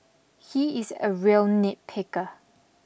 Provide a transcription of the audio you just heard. he is a real nitpicker